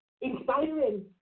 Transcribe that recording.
inspiring